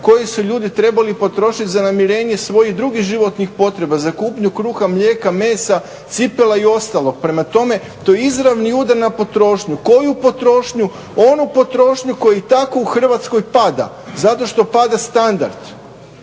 koje su ljudi trebali potrošiti za namirenje svojih drugih životnih potreba, za kupnju kruha, mlijeka, mesa, cipela i ostalog. Prema tome, to je izravni udar na potrošnju. Koju potrošnju? Onu potrošnju koja i tako u Hrvatskoj pada zato što pada standard.